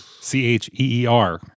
c-h-e-e-r